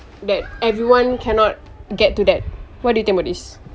that everyone cannot get to that what do you think about this